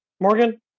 Morgan